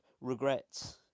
regrets